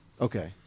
Okay